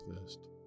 first